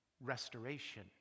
restoration